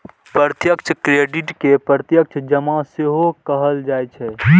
प्रत्यक्ष क्रेडिट कें प्रत्यक्ष जमा सेहो कहल जाइ छै